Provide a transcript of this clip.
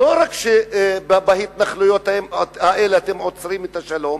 לא רק שבהתנחלויות האלה עוצרים את השלום,